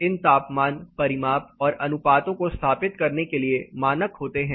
इन तापमान परिमाप और अनुपातों को स्थापित करने के लिए मानक होते हैं